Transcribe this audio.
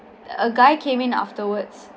a guy came in afterwards